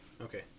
okay